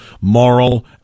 moral